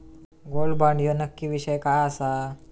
Gold bond ह्यो नक्की विषय काय आसा?